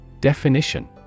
Definition